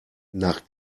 nach